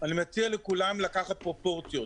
אני אני מציע לכולם לקחת פרופורציות.